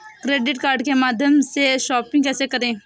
Credit card के माध्यम से शॉपिंग कैसे करें?